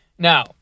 Now